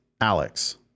Alex